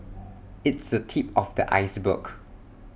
it's the tip of the iceberg